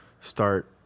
start